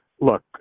look